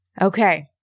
Okay